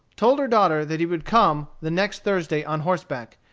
told her daughter that he would come the next thursday on horseback,